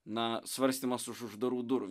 na svarstymas už uždarų durų